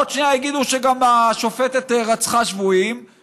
עוד שנייה יגידו שהשופטת גם רצחה שבויים,